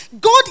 God